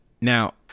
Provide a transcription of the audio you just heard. now